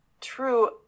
true